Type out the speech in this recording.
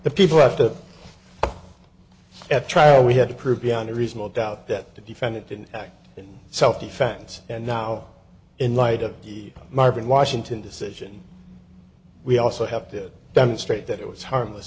the people have to at trial we have to prove beyond a reasonable doubt that the defendant didn't act in self defense and now in light of the marvin washington decision we also have to demonstrate that it was harmless